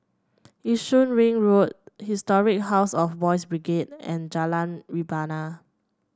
Yishun Ring Road Historic House of Boys' Brigade and Jalan Rebana